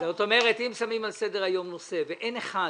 אומרת שאם שמים נושא על סדר-היום ואין אחד